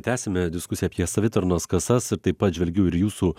tęsime diskusiją apie savitarnos kasas ir taip pat žvelgiu ir jūsų